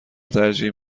ترجیح